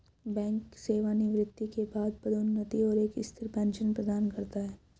bank सेवानिवृत्ति के बाद पदोन्नति और एक स्थिर पेंशन प्रदान करता है